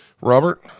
Robert